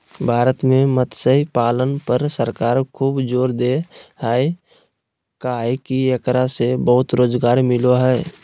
भारत में मत्स्य पालन पर सरकार खूब जोर दे हई काहे कि एकरा से बहुत रोज़गार मिलो हई